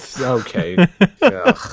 okay